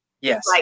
Yes